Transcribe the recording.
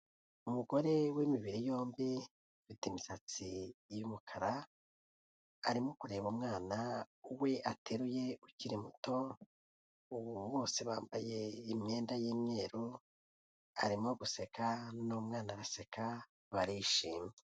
Umugore wimibiri yombi ufite imisatsi yumukara arimo kureba umwana we ateruye ukiri muto. Ubu bose bambaye imyenda y'imyeru, arimo guseka n'umwana araseka barishimye.